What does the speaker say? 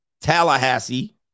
Tallahassee